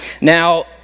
Now